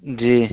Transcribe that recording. جی